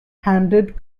handled